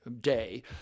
day